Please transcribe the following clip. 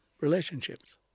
relationships